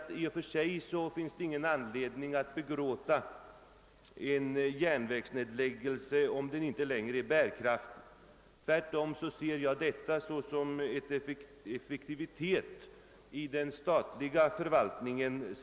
I och för sig finns det ingen anledning att begråta en järnvägsnedläggning, om järnvägen inte längre är bärkraftig. Tvärtom ser jag en motiverad nedläggning såsom uttryck för berömvärd effektivitet vid den statliga förvaltningen.